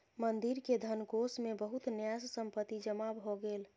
मंदिर के धनकोष मे बहुत न्यास संपत्ति जमा भ गेल